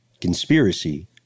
conspiracy